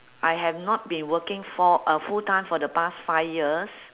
I have not been working for uh full time for the past five years